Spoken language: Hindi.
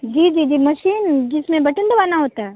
जी जी जी मशीन जिसमें बटन दबाना होता है